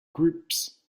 groups